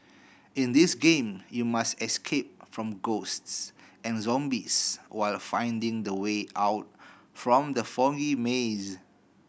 in this game you must escape from ghosts and zombies while finding the way out from the foggy maze